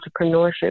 entrepreneurship